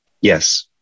Yes